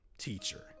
teacher